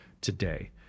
today